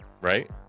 right